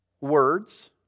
words